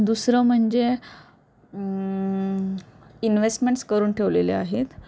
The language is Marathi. दुसरं म्हणजे इन्वेस्टमेंट्स करून ठेवलेले आहेत